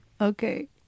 Okay